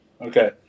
Okay